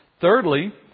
Thirdly